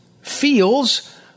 feels